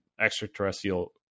extraterrestrial